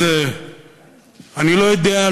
אז אני לא יודע,